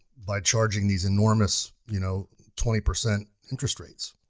by charging these enormous you know twenty percent interest rates.